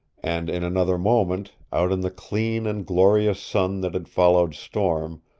and in another moment, out in the clean and glorious sun that had followed storm,